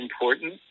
important